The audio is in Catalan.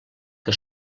que